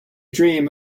dream